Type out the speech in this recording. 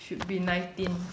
should be nineteen